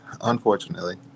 Unfortunately